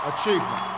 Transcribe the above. achievement